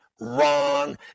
wrong